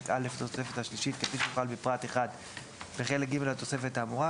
א' לתוספת השלישית כפי שהוחל בפרט 1 בחלק ג' לתוספת האמורה